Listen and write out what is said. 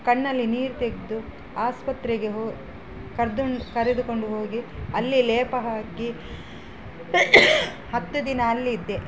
ಕಣ್ಣಲ್ಲಿ ನೀರು ತೆಗೆದು ಆಸ್ಪತ್ರೆಗೆ ಹೊ ಕರ್ದುಂಡು ಕರೆದುಕೊಂಡು ಹೋಗಿ ಅಲ್ಲಿ ಲೇಪ ಹಾಕಿ ಹತ್ತು ದಿನ ಅಲ್ಲಿದ್ದೆ